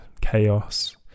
chaos